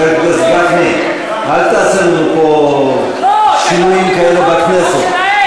חבר הכנסת גפני, אל תעשה פה שינויים כאלה בכנסת.